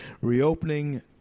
reopening